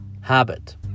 habit